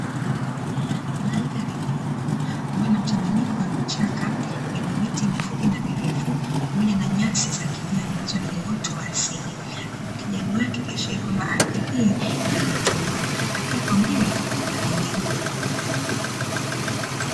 Mandhari kubwa, ambayo ina mchanganyiko wa vichaka na miti mifupi na mirefu, pamoja na nyasi ambazo ni uoto wa asili, ukijani wake ukiashiria kwamba ardhi hii inarutuba na pia kwa mbele kuna milima.